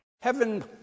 Heaven